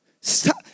Stop